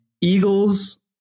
Eagles